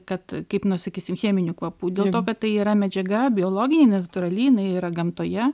kad kaip nuo sakysim cheminių kvapų dėl to kad tai yra medžiaga biologijai natūrali jinai yra gamtoje